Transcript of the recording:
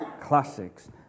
classics